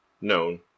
known